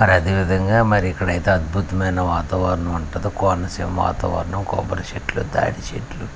మరి అదే విధంగా మరి ఇక్కడ అయితే అద్భుతమైన వాతావరణం ఉంటుంది కోనసీమ వాతావరణం కొబ్బరి చెట్లు తాటి చెట్లు